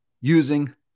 using